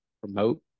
promote